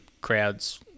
crowds